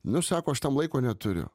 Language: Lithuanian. nu sako aš tam laiko neturiu